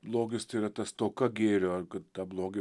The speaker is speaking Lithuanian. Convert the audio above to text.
blogis tai yra ta stoka gėrio ar kad ta blogio